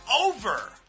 over